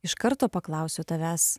iš karto paklausiu tavęs